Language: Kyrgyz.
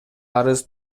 арыз